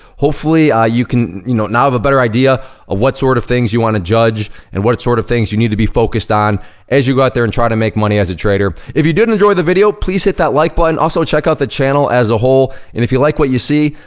hopefully ah you can, you know, now have a better idea of what sort of things you wanna judge and what sort of things you need to be focused on as you go out there and try to make money as a trader. if you did enjoy the video, please hit that like button. also, check out the channel as a whole, and if you like what you see,